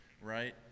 right